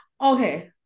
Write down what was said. Okay